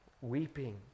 Weeping